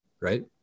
right